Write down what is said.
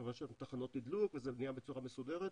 וכמובן יש תחנות תדלוק וזה בנייה בצורה מסודרת.